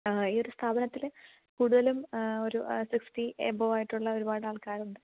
ഈ ഒരു സ്ഥാപനത്തിൽ കൂടുതലും ഒരു സിക്സ്റ്റി എബൗ ആയിട്ടുള്ള ഒരുപാട് ആൾക്കാരുണ്ട്